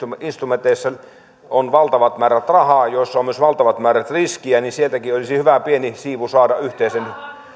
instrumenteista joissa on valtavat määrät rahaa ja myös valtavat määrät riskiä saataisiin sieltäkin pieni siivu yhteisen